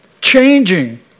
changing